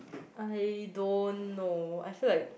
I don't know I feel like